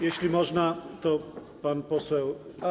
Jeśli można, to pan poseł.